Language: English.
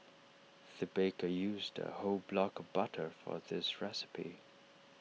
the baker used A whole block of butter for this recipe